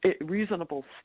reasonable